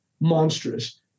monstrous